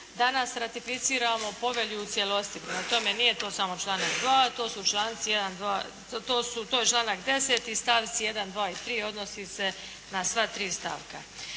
danas ratificiramo povelju u cijelosti. Prema tome, nije to samo članak 2. To je članak 10. i stavci 1, 2 i 3 odnosi se na sva tri stavka.